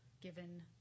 given